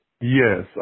Yes